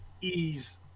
ease